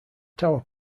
tower